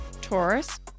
Taurus